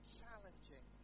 challenging